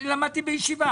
אני למדתי בישיבה.